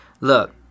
Look